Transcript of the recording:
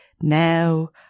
now